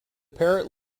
parrot